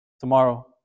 tomorrow